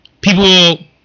people